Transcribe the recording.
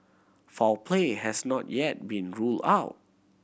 foul play has not yet been ruled out